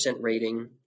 rating